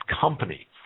company